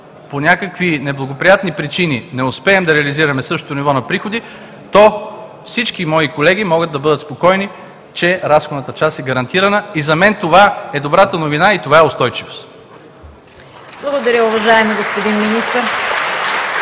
по някакви неблагоприятни причини не успеем да реализираме същото ниво на приходи, то всички мои колеги могат да бъдат спокойни, че разходната част е гарантирана и за мен това е добрата новина и това е устойчивост. (Ръкопляскания от